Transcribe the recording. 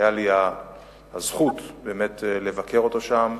והיתה לי הזכות לבקר אותו שם,